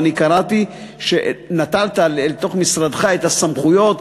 ואני קראתי שנטלת אל תוך משרדך את הסמכויות,